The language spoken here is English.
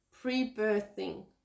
pre-birthing